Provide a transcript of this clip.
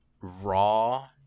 raw